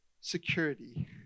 security